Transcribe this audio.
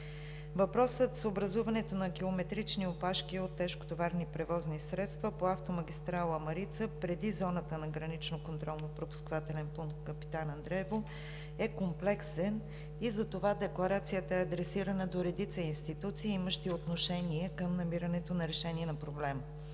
Въпросът с образуването на километрични опашки от тежкотоварни превозни средства по автомагистрала „Марица“ преди зоната на граничния контролно-пропускателен пункт „Капитан Андреево“ е комплексен и затова декларацията е адресирана до редица институции, имащи отношение към намирането на решение на проблема.